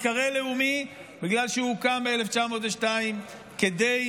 מתקרא "לאומי" בגלל שהוקם ב-1902 כדי